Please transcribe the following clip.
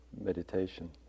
Meditation